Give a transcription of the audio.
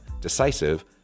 decisive